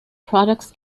products